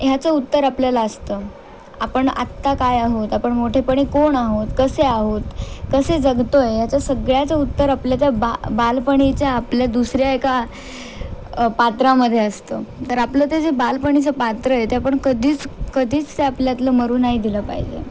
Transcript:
ह्याचं उत्तर आपल्याला असतं आपण आता काय आहोत आपण मोठेपणी कोण आहोत कसे आहोत कसे जगतो आहे ह्याच्या सगळ्याचं उत्तर आपल्या त्या बा बालपणीच्या आपल्या दुसऱ्या एका पात्रामध्ये असतं तर आपलं ते जे बालपणीचं पात्र आहे ते आपण कधीच कधीच ते आपल्यातलं मरू नाही दिलं पाहिजे